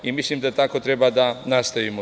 Mislim da tako treba da nastavimo.